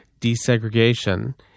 desegregation